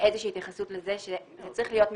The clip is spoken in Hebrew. איזושהי התייחסות לכך שזה צריך להיות מצמצם.